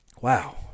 Wow